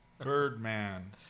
Birdman